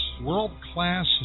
world-class